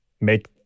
make